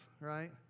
right